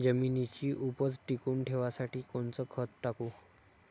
जमिनीची उपज टिकून ठेवासाठी कोनचं खत टाकू?